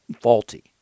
faulty